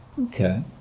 Okay